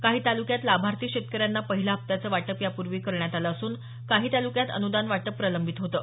काही तालुक्यात लाभार्थी शेतकऱ्यांना पहिल्या हप्त्याचं वाटप यापूर्वी करण्यात आलं असून काही तालुक्यात अनुदान वाटप प्रलंबित होतं